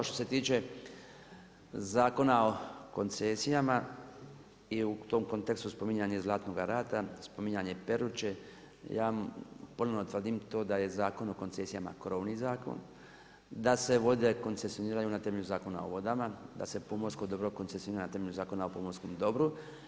Što se tiče Zakona o koncesijama i u tom kontekstu spominjanje Zlatnoga Rata, spominjanje Peruče, ja ponovno tvrdim to da je Zakon o koncesijama krovni zakon, da se vode koncesioniraju na temelju Zakon o vodama, da se pomorsko dobro koncesionira na temelju Zakona o pomorskom dobru.